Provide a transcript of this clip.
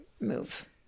move